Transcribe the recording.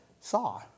saw